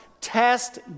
Test